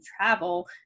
Travel